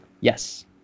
yes